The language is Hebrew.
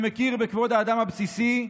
שמכיר בכבוד האדם הבסיסי,